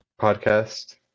podcast